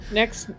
next